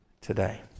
today